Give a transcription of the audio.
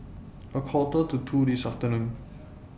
A Quarter to two This afternoon